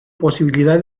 posibilidad